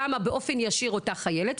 כמה באופן ישיר על ידי אותה חיילת,